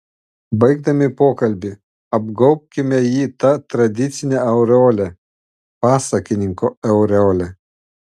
baigdami pokalbį apgaubkime jį ta tradicine aureole pasakininko aureole